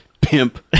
Pimp